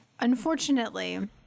unfortunately